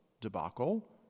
debacle